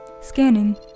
Scanning